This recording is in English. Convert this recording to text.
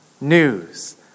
news